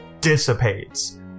dissipates